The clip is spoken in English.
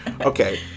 okay